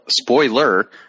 spoiler